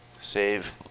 Save